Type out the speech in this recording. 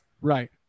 Right